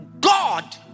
God